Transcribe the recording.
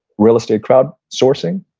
real estate crowd sourcing,